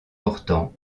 portant